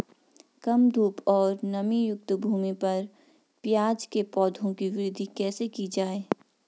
कम धूप और नमीयुक्त भूमि पर प्याज़ के पौधों की वृद्धि कैसे की जाए?